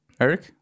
Eric